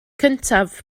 cyntaf